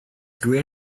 green